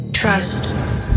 Trust